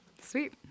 Sweet